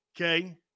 Okay